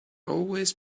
always